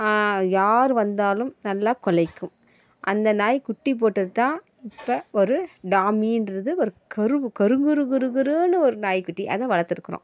யார் வந்தாலும் நல்லா குறைக்கும் அந்த நாய்க்குட்டி போட்டது தான் இப்போ ஒரு டாமிகிறது ஒரு கருவு கருங் கருங் கருன்னு ஒரு நாய்க்குட்டி அதை வளர்த்துருக்கிறோம்